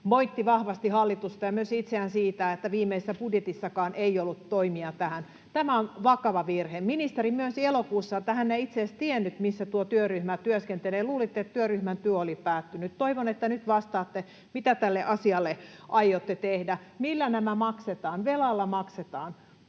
moitti vahvasti hallitusta ja myös itseään siitä, että viimeisessä budjetissakaan ei ollut toimia tähän. Tämä on vakava virhe. Ministeri myönsi elokuussa, että hän ei itse edes tiennyt, missä tuo työryhmä työskentelee. Luulitte, että työryhmän työ oli päättynyt. Toivon, että nyt vastaatte: Mitä tälle asialle aiotte tehdä? Millä nämä maksetaan? Velalla maksetaan,